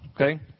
Okay